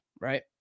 Right